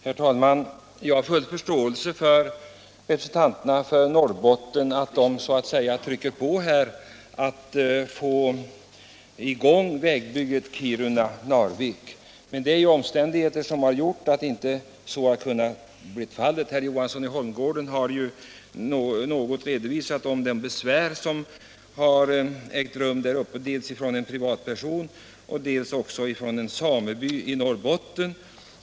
Herr talman! Jag har full förståelse för att representanterna för Norrbotten så att säga trycker på här för att få i gång vägbygget Kiruna-Narvik. Men det finns ju omständigheter som har gjort att så inte har kunnat bli fallet. Herr Johansson i Holmgården har något redogjort för de besvär som anförts däruppe, dels från en privatperson, dels från en sameby i Norrbotten.